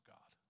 God